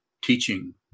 teaching